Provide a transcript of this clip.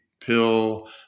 pill